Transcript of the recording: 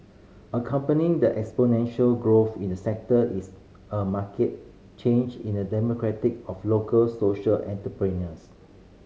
accompanying the exponential growth in the sector is a market change in the demographic of local social entrepreneurs